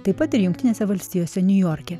taip pat ir jungtinėse valstijose niujorke